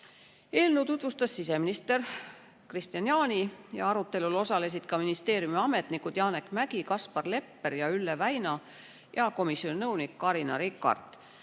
Eelnõu tutvustas siseminister Kristian Jaani ja arutelul osalesid ka ministeeriumi ametnikud Janek Mägi, Kaspar Lepper ja Ülle Väina ja komisjoni nõunik Carina Rikart.